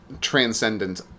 transcendent